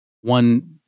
one